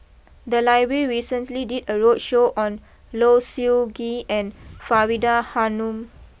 the library recently did a roadshow on Low Siew Nghee and Faridah Hanum